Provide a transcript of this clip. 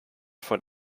von